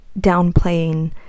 downplaying